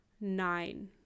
nine